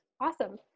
Awesome